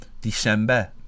december